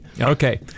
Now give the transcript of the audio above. Okay